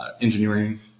engineering